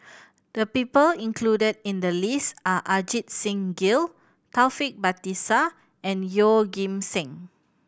the people included in the list are Ajit Singh Gill Taufik Batisah and Yeoh Ghim Seng